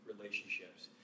relationships